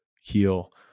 heal